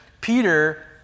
Peter